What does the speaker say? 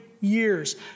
years